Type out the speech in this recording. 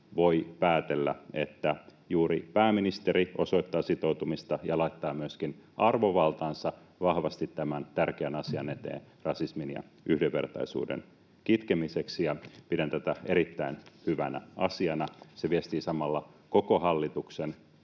voi päätellä, että juuri pääministeri osoittaa sitoutumista ja laittaa myöskin arvovaltansa vahvasti tämän tärkeän asian eteen, rasismin kitkemiseksi ja yhdenvertaisuuden eteen, ja pidän tätä erittäin hyvänä asiana. Se viestii samalla koko hallituksen